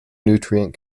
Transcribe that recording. nutrient